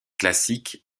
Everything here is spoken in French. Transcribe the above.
classique